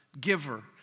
giver